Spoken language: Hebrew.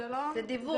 זה דיווח.